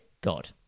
God